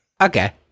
Okay